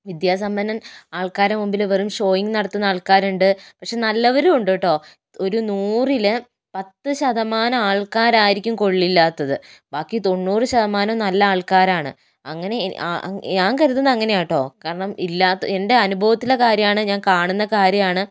വിദ്യാസമ്പന്നൻ ആൾക്കാരുടെ മുന്നിൽ വെറും ഷോയും നടത്തുന്ന ആൾക്കാരുണ്ട് പക്ഷെ നല്ലവരും ഉണ്ട് കേട്ടോ ഒരു നൂറില് പത്ത് ശതമാനം ആൾക്കാരായിരിക്കും കൊള്ളില്ലാത്തത് ബാക്കി തൊണ്ണൂറ് ശതമാനവും നല്ല ആൾക്കാരാണ് അങ്ങനെ ഞാൻ കരുതുന്നത് അങ്ങനെയാണ് കേട്ടോ കാരണം ഇല്ലാത്ത എൻ്റെ അനുഭവത്തിലെ കാര്യമാണ് ഞാൻ കാണുന്ന കാര്യമാണ്